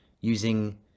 using